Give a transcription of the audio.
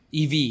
EV